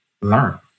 learn